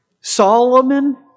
Solomon